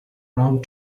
round